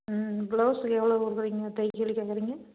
ம் ப்ளவுஸுக்கு எவ்வளோ கொடுக்குறீங்க தையல்கூலி கேக்கிறீங்க